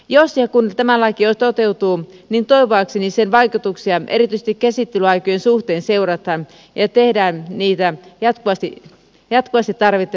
jos ja kun tämä laki toteutuu niin toivoakseni sen vaikutuksia erityisesti käsittelyaikojen suhteen seurataan ja tehdään niitä jatkuvasti tarvittavia johtopäätöksiä